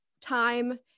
time